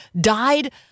died